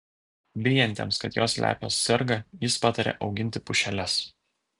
bijantiems kad jos lepios serga jis pataria auginti pušeles